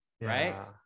right